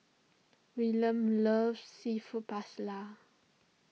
Willard loves Seafood